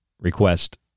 request